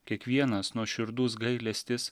kiekvienas nuoširdus gailestis